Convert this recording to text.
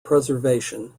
preservation